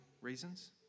reasons